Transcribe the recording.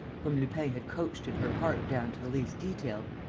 whom lupin had coached in her part down to the least detail,